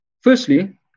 Firstly